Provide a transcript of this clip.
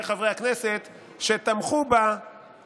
לחבריי חברי הכנסת לתמוך בהצעה.